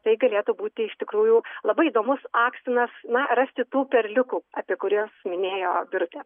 tai galėtų būti iš tikrųjų labai įdomus akstinas man rasti tų perliukų apie kuriuos minėjo birutė